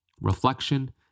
reflection